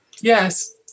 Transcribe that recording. Yes